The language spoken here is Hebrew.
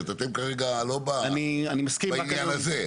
אתם לא בעניין הזה.